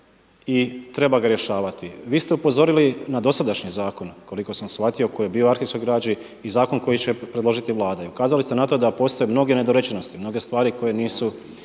i treba ga rješavati. Vi ste upozorili na dosadašnji zakon koliko sam shvatio koji je bio o arhivskoj građi i zakon koji će ukazati Vlada i ukazali ste na to da postoje mnoge nedorečenosti, mnoge stvari koje nisu